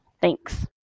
Thanks